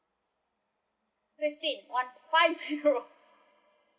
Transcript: fifty one five zero